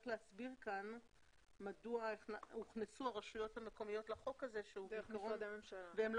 להסביר כאן מדוע הוכנסו הרשויות המקומיות לחוק הזה כשהן לא